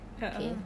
a'ah